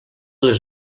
les